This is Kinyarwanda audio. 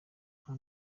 nta